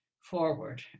forward